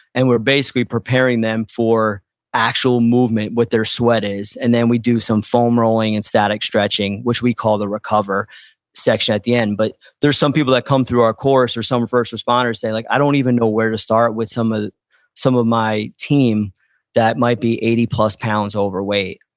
and we're basically preparing them for actual movement, what their sweat is. and then we do some foam rolling and static stretching, which we call the recover section at the end. but there's some people that come through our course, or some of our first responders say, like i don't even know where to start with some ah some of my team that might be eighty plus pounds overweight.